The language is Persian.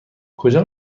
کجا